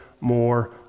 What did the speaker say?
more